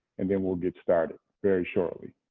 and then we'll get started very shortly.